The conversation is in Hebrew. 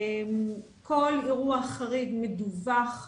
כל אירוע חריג מדווח לנו,